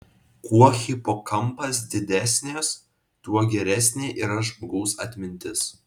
kuo hipokampas didesnės tuo geresnė yra žmogaus atmintis